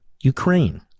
Ukraine